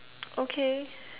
okay